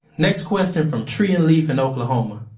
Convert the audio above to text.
next question from tree and leaf in oklahoma.